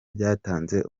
byatanze